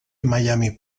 miami